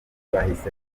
bahise